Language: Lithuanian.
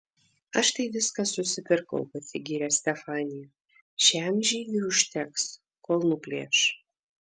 aš tai viską susipirkau pasigyrė stefanija šiam žygiui užteks kol nuplėš